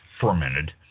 fermented